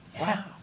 Wow